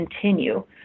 continue